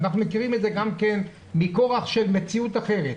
ואנחנו מכירים את זה גם מכורח מציאות אחרת,